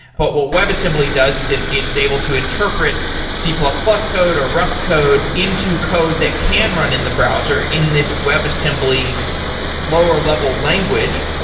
but what webassembly does is it it is able to interpret c plus plus code, or rust code into code that can run in the browser in this webassembly lower level language.